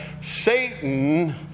Satan